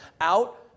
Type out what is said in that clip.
Out